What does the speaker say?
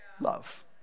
Love